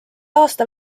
aasta